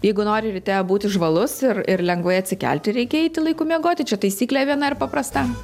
jeigu nori ryte būti žvalus ir ir lengvai atsikelti reikia eiti laiku miegoti čia taisyklė viena ir paprasta